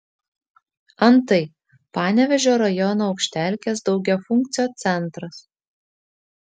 antai panevėžio rajono aukštelkės daugiafunkcio centras